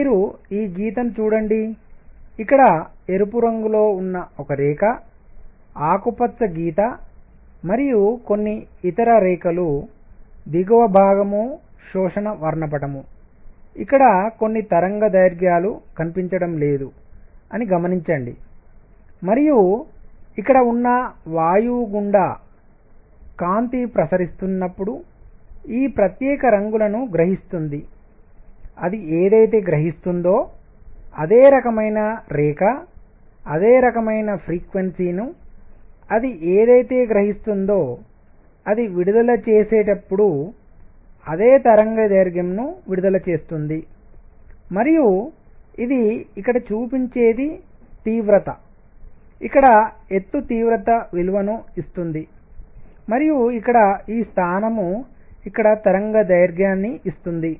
మీరు ఈ గీతను చూడండి ఇక్కడ ఎరుపు రంగులో ఉన్న ఒక రేఖ ఆకుపచ్చ గీత మరియు కొన్ని ఇతర రేఖలు దిగువ భాగం శోషణ వర్ణపటం ఇక్కడ కొన్ని తరంగదైర్ఘ్యాలు కనిపించడం లేదు అని గమనించండి మరియు ఇక్కడ ఉన్న వాయువు గుండా కాంతి ప్రసరిస్తున్నప్పుడు ఈ ప్రత్యేక రంగులను గ్రహిస్తుంది అది ఏదైతే గ్రహిస్తుందో అదే రకమైన రేఖ అదే రకమైన ఫ్రీక్వెన్సీ పౌనఃపుణ్యం ను అది ఏదైతే గ్రహిస్తుందో అది విడుదల చేసేటప్పుడు అదే తరంగదైర్ఘ్యంవేవ్ లెంగ్త్ను విడుదల చేస్తుంది మరియు ఇది ఇక్కడ చూపించేది తీవ్రత ఇక్కడ ఎత్తు తీవ్రత విలువను ఇస్తుంది మరియు ఇక్కడ ఈ స్థానం ఇక్కడ తరంగదైర్ఘ్యాన్ని ఇస్తుంది